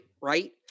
right